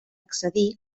accedir